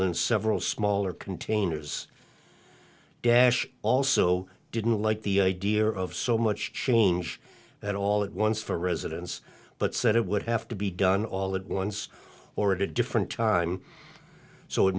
than several smaller containers dash also didn't like the idea of so much change that all at once for residents but said it would have to be done all at once or a different time so it